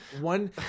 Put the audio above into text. One